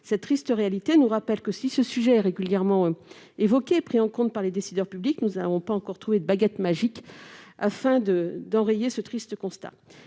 Cette triste réalité nous rappelle que, si ce sujet est régulièrement évoqué et pris en compte par les décideurs publics, nous n'avons pas encore trouvé de baguette magique afin d'enrayer ce triste constat.